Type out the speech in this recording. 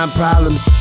problems